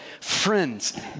Friends